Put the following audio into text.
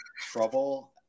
trouble